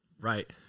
right